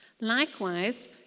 Likewise